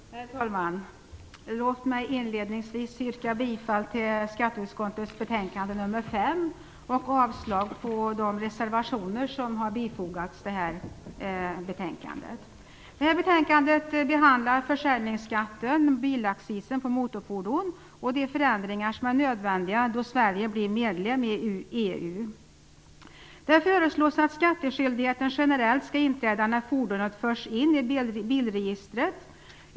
Herr talman! Jag vill inledningsvis yrka bifall till hemställan i skatteutskottets betänkande nr 5 och avslag på de reservationer som har fogats till detta betänkande. I det här betänkandet behandlas försäljningsskatten på motorfordon, bilaccisen, och de förändringar som är nödvändiga då Sverige blir medlem i EU. Det föreslås att skattskyldigheten generellt skall inträda när fordonet förs in i bilregistret.